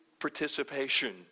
participation